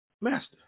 master